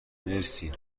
مرسی